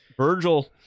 Virgil